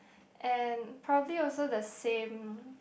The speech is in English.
and probably also the same